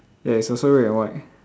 yeah it's also red and white